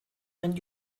when